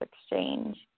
exchange